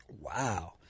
Wow